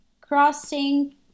crossing